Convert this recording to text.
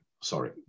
sorry